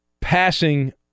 passing